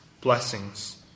Blessings